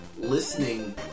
listening